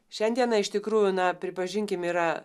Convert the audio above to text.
šiandiena iš tikrųjų na pripažinkim yra